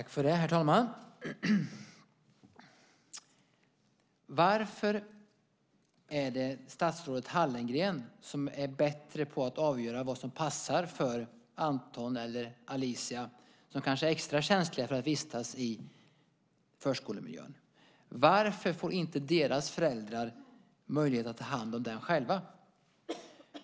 Herr talman! Varför är det statsrådet Hallengren som är bättre på att avgöra vad som passar för Anton eller Alicia, som kanske är extra känsliga för att vistas i förskolemiljön? Varför får inte deras föräldrar möjlighet att ta hand om det själva?